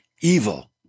evil